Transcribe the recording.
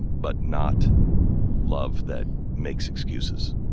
but not love that makes excuses.